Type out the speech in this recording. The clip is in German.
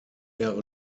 jahre